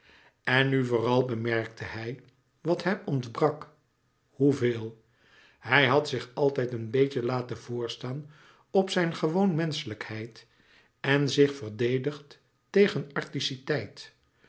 en nu vooral bemerkte hij wat hem ontbrak hoeveel hij had zich altijd een beetje laten voorstaan op zijne gewoon menschelijkheid en zich verdedigd tegen